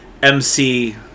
mc